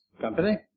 Company